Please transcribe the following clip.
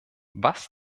was